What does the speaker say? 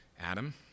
Adam